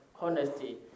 honesty